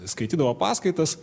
skaitydavo paskaitas